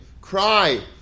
cry